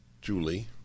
Julie